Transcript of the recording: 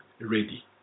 ready